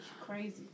Crazy